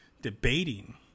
debating